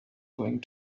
going